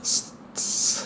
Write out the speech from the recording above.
it's